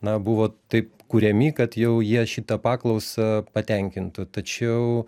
na buvo taip kuriami kad jau jie šitą paklausą patenkintų tačiau